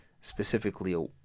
specifically